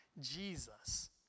Jesus